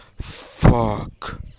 Fuck